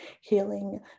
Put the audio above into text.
healing